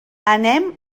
anem